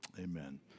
amen